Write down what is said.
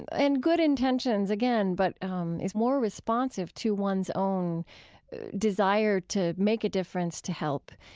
and and good intentions, again, but um is more responsive to one's own desire to make a difference, to help,